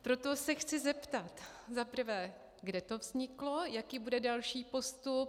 Proto se chci zeptat za prvé, kde to vzniklo, jaký bude další postup.